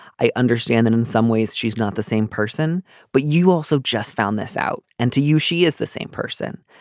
i understand that in some ways she's not the same person but you also just found this out and to you she is the same person.